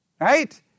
Right